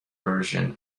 version